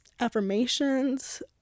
affirmations